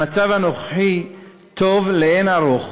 המצב הנוכחי טוב לאין-ערוך